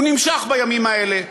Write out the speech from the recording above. הוא נמשך בימים האלה,